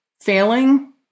failing